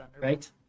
right